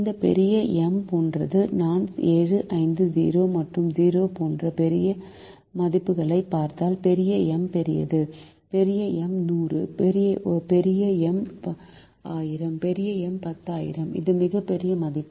இந்த பெரிய M போன்றது நான் 7 5 0 மற்றும் 0 போன்ற பெரிய மதிப்புகளைப் பார்த்தால் பெரிய M பெரியது பெரிய M 100 பெரிய M 1000 பெரிய M 10000 இது மிகப் பெரிய மதிப்பு